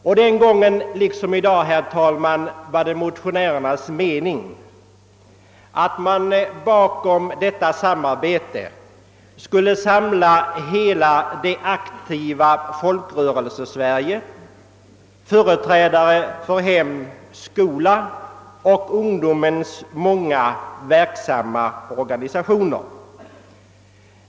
Och den gången liksom i dag, herr talman, var det motionärernas mening att man bakom detta samarbete skulle samla hela det aktiva Folkrörelsesverige, företrädare för hem och skola och ungdomens många verksamma organisationer.